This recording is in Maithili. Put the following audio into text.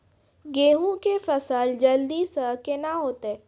गेहूँ के फसल जल्दी से के ना होते?